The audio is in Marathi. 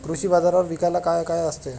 कृषी बाजारावर विकायला काय काय असते?